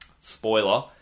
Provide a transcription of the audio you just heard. ...spoiler